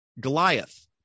Goliath